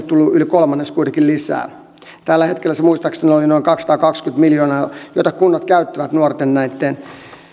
tullut yli kolmannes kuitenkin lisää tällä hetkellä se muistaakseni oli noin kaksisataakaksikymmentä miljoonaa jota kunnat käyttävät näitten